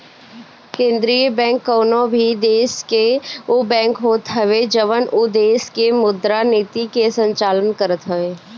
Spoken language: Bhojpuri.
केंद्रीय बैंक कवनो भी देस के उ बैंक होत हवे जवन उ देस के मुद्रा नीति के संचालन करत हवे